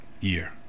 year